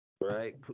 Right